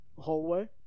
hallway